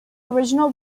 original